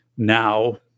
Now